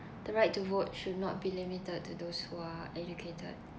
the right to vote should not be limited to those who are educated